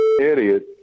idiot